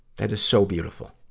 that is so beautiful.